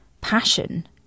passion